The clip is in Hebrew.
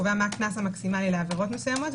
קובע מה הקנס המקסימלי לעבירות מסוימות.